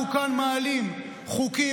אנחנו כאן מעלים חוקים.